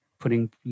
putting